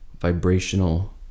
vibrational